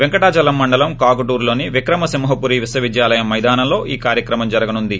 పెంకటాచలం మండలం కాకుటూరులోని విక్రమసింహపురి విశ్వవిద్యాలయం మైదానంలో ఈ కార్యక్రమం జరగనుంది